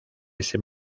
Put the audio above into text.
ese